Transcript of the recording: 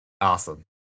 Awesome